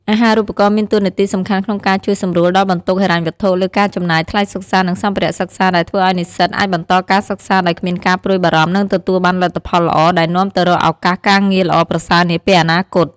អាហារូបករណ៍មានតួនាទីសំខាន់ក្នុងការជួយសម្រួលដល់បន្ទុកហិរញ្ញវត្ថុលើការចំណាយថ្លៃសិក្សានិងសម្ភារៈសិក្សា ដែលធ្វើឲ្យនិស្សិតអាចបន្តការសិក្សាដោយគ្មានការព្រួយបារម្ភ និងទទួលបានលទ្ធផលល្អ ដែលនាំទៅរកឱកាសការងារល្អប្រសើរនាពេលអនាគត។